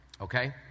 okay